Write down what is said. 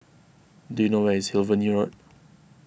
do you know where is Hillview Road